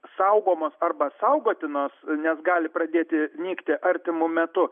saugomos arba saugotinos nes gali pradėti nykti artimu metu